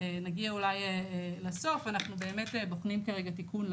אנחנו באמת בוחנים כרגע תיקון,